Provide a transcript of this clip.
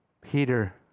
Peter